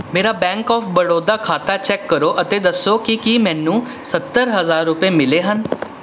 ਮੇਰਾ bank of Baroda ਖਾਤਾ check ਕਰੋ ਅਤੇ ਦੱਸੋ ਕਿ ਕੀ ਮੈਨੂੰ ਸੱਤਰ ਹਜ਼ਾਰ ਰੁਪਏ ਮਿਲੇ ਹਨ